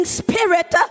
spirit